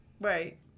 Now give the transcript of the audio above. Right